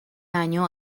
año